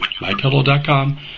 mypillow.com